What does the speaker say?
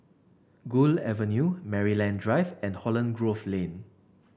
Gul Avenue Maryland Drive and Holland Grove Lane